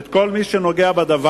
את כל מי שנוגע בדבר,